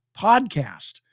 podcast